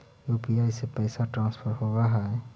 UPI से पैसा transfer होवहै?